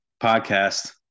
podcast